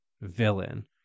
villain